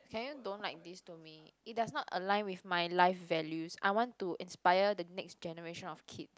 can you don't like this to me it does not align with my life values I want to inspire the next generation of kids